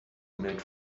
made